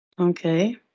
Okay